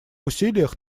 усилиях